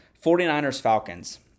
49ers-Falcons